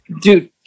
Dude